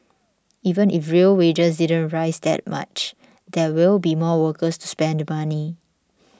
even if real wages you don't rise that much there will be more workers to spend money